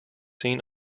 seen